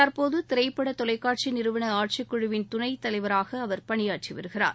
தற்போது திரைப்பட தொலைக்காட்சி நிறுவன ஆட்சிக் குழுவின் துணைத்தலைவராக அவர் பணியாற்றி வருகிறார்